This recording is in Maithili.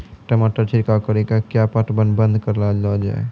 टमाटर छिड़काव कड़ी क्या पटवन बंद करऽ लो जाए?